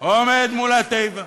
עומד מול התיבה,